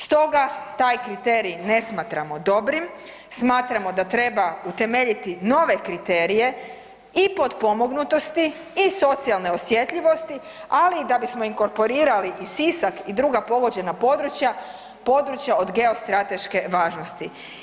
Stoga taj kriterij ne smatramo dobrim, smatramo da treba utemeljiti nove kriterije i potpomognutosti i socijalne osjetljivosti, ali i da bismo inkorporirali i Sisak i druga pogođena područja, područja od geostrateške važnosti.